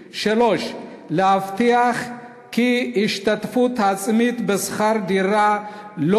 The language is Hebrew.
3. להבטיח כי ההשתתפות העצמית בשכר דירה לא